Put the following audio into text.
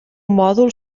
mòdul